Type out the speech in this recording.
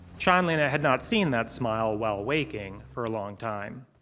chanlina had not seen that smile while waking for a long time.